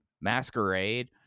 Masquerade